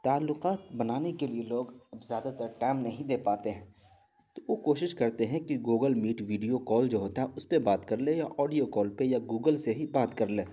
تعلقات بنانے کے لیے لوگ اب زیادہ تر ٹائم نہیں دے پاتے ہیں تو وہ کوشش کرتے ہیں کہ گوگل میٹ ویڈیو کال جو ہوتا ہے اس پہ بات کر لیں یا آڈیو کال پہ یا گوگل سے ہی بات کر لیں